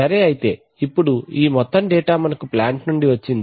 సరే అయితే ఇప్పుడు ఈ మొత్తం డేటా మనకు ప్లాంట్ నుండి వచ్చింది